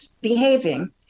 behaving